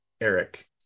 Eric